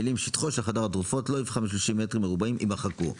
והמילים: "שטחו של חדר התרופות לא יפחת מ-30 מטרים מרובעים" יימחקו.